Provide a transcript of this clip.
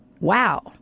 Wow